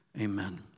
Amen